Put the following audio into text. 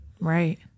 Right